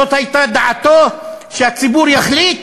זאת הייתה דעתו, שהציבור יחליט.